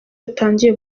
yatangiye